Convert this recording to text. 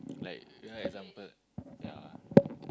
like yeah example yeah